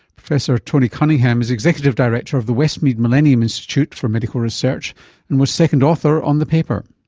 professor tony cunningham is executive director of the westmead millennium institute for medical research and was second author on the paper.